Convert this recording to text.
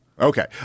Okay